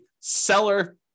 seller